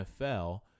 NFL